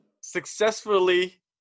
successfully